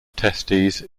testes